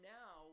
now